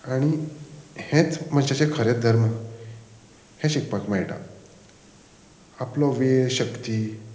आनी हेंच मनशाचें खरेंच धर्म हें शिकपाक मेळटा आपलो वेळ शक्ती